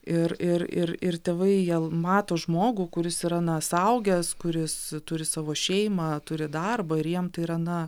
ir ir ir ir tėvai jie mato žmogų kuris yra na suaugęs kuris turi savo šeimą turi darbą ir jiem tai yra na